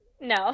no